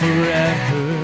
Forever